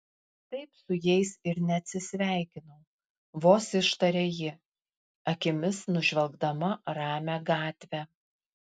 taip su jais ir neatsisveikinau vos ištarė ji akimis nužvelgdama ramią gatvę